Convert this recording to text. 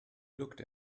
looked